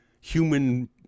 human